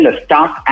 start